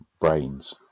brains